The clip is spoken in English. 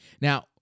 Now